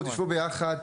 תשבו יחד,